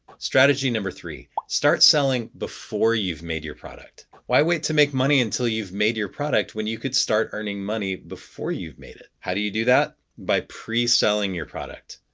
strategy three start selling before you've made your product why wait to make money until you've made your product when you could start earning money before you've made it? how do you do that? by pre-selling your product.